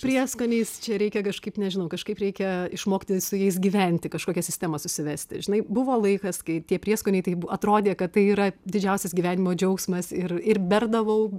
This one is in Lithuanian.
prieskoniais čia reikia kažkaip nežinau kažkaip reikia išmokti su jais gyventi kažkokią sistemą susivesti žinai buvo laikas kai tie prieskoniai tai atrodė kad tai yra didžiausias gyvenimo džiaugsmas ir ir berdavau